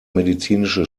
medizinische